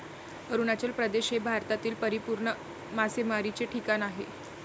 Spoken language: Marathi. अरुणाचल प्रदेश हे भारतातील परिपूर्ण मासेमारीचे ठिकाण आहे